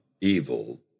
evil